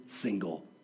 single